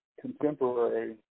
contemporary